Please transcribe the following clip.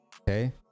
okay